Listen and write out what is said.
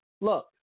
look